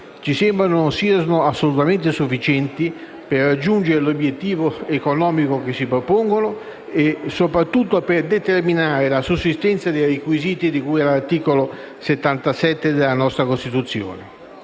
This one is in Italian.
ci sembra non siano assolutamente sufficienti per raggiungere l'obiettivo economico che si propongono e, soprattutto, per determinare la sussistenza dei requisiti di cui all'articolo 77 della Costituzione.